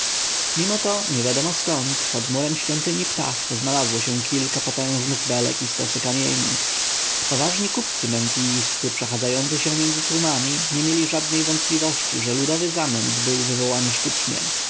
mimo to niewiadomo skąd pod murem świątyni ptah znalazło się kilka potężnych belek i stosy kamieni poważni kupcy memfijscy przechadzający się między tłumami nie mieli żadnej wątpliwości że ludowy zamęt był wywołany sztucznie